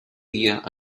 dia